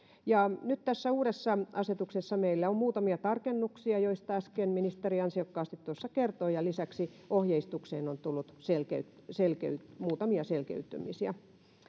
nyt tässä uudessa asetuksessa meille on muutamia tarkennuksia joista äsken tuossa ministeri ansiokkaasti kertoi ja lisäksi ohjeistukseen on tullut muutamia selkeyttämisiä